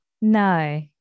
no